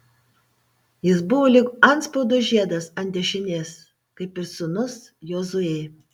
jis buvo lyg antspaudo žiedas ant dešinės kaip ir sūnus jozuė